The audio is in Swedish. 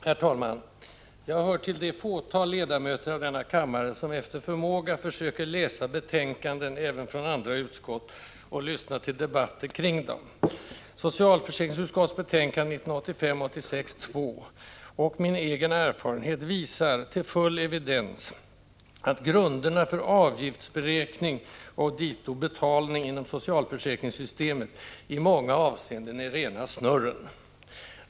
Herr talman! Jag hör till det fåtal ledamöter av denna kammare som efter förmåga försöker läsa betänkanden även från andra utskott och lyssna till debatten kring dem. Socialförsäkringsutskottets betänkande 1985/86:2 och min egen erfarenhet visar till full evidens att grunderna för avgiftsberäkning och dito betalning inom socialförsäkringssystemet i många avseenden är rena snurren.